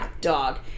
dog